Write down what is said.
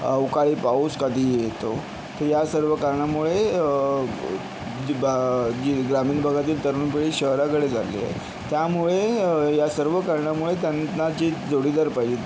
अवकाळी पाऊस कधीही येतो या सर्व कारणामुळे जीबा जी ग्रामीण भागातील तरुण पिढी शहराकडे चालली आहे त्यामुळे या सर्व कारणामुळे त्यांना जी जोडीदार पाहिजे